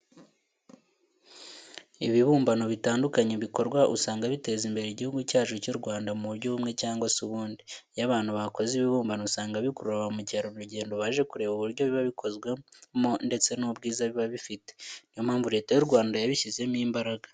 Ibibumbano bitandukanye bikorwa usanga biteza imbere Igihugu cyacu cy'u Rwanda mu buryo bumwe cyangwa se ubundi. Iyo abantu bakoze ibi bibumbano usanga bikurura ba mukerarugendo baje kureba uburyo biba bikozwemo ndetse n'ubwiza biba bifite. Ni yo mpamvu Leta y'u Rwanda yabishyizemo imbaraga.